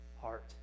heart